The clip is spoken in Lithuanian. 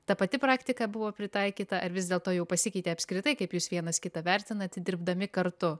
ta pati praktika buvo pritaikyta ar vis dėlto jau pasikeitė apskritai kaip jūs vienas kitą vertinat dirbdami kartu